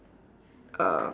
uh